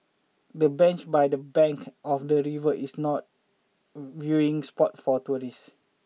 the bench by the bank of the river is not viewing spot for tourists